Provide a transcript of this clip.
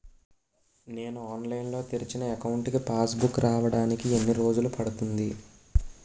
నేను ఆన్లైన్ లో తెరిచిన అకౌంట్ కి పాస్ బుక్ రావడానికి ఎన్ని రోజులు పడుతుంది?